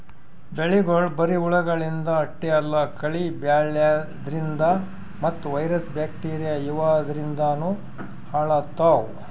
ಬೆಳಿಗೊಳ್ ಬರಿ ಹುಳಗಳಿಂದ್ ಅಷ್ಟೇ ಅಲ್ಲಾ ಕಳಿ ಬೆಳ್ಯಾದ್ರಿನ್ದ ಮತ್ತ್ ವೈರಸ್ ಬ್ಯಾಕ್ಟೀರಿಯಾ ಇವಾದ್ರಿನ್ದನೂ ಹಾಳಾತವ್